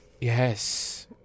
Yes